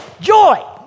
joy